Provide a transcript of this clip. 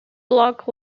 block